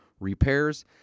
Repairs